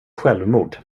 självmord